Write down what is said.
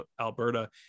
Alberta